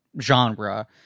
genre